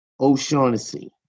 O'Shaughnessy